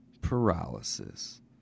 paralysis